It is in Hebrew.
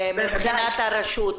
מבחינת הרשות.